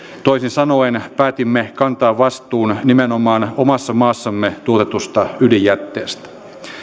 toisin sanoen päätimme kantaa vastuun nimenomaan omassa maassamme tuotetusta ydinjätteestä